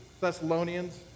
Thessalonians